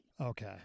Okay